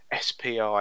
SPI